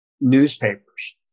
newspapers